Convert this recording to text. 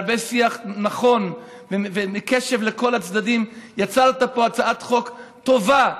שבהרבה שיח נכון וקשב לכל הצדדים יצרת פה הצעת חוק טובה,